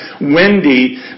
Wendy